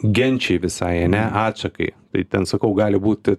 genčiai visai ane atšakai tai ten sakau gali būti